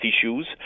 issues